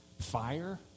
fire